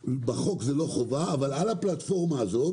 אבל על הפלטפורמה הזאת